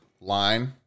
line